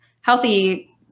healthy